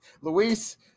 Luis